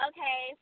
Okay